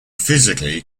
physically